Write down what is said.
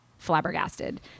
flabbergasted